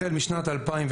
החל משנת 2012,